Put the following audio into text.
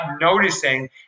noticing